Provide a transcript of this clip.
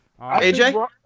AJ